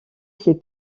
ses